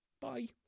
bye